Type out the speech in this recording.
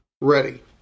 ready